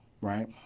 right